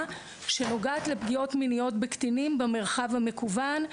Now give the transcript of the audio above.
שנוגעת לפגיעות מיניות בקטינים במרחב המקוון.